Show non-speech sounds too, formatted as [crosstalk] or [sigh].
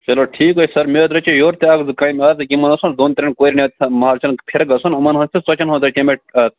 چلو ٹھیٖک حظ چھُ سَر مے حظ رَچے یورٕ تہِ اکھ زٕ کامہِ یہِ حظ یِمن اوس نہٕ حظ دۄن ترٛین کوریٚن ییٚتیٚن محلہٕ چیٚن پِھرٕ گَژھُن یِمن حظ چھُ ژۄچن [unintelligible]